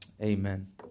Amen